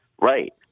Right